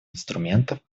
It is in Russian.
инструментов